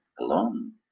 alone